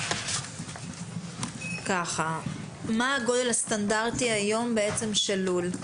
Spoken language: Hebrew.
מה היום הגודל הסטנדרטי של לול?